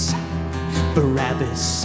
Barabbas